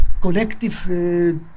collective